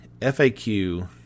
FAQ